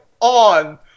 on